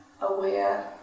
aware